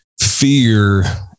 Fear